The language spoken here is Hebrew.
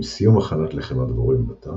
עם סיום הכנת לחם הדבורים בתא,